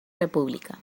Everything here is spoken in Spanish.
república